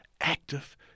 active